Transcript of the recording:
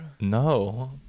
No